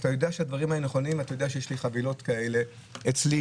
אתה יודע שהדברים האלה נכונים ואתה שיש לי חבילות כאלה אצלי,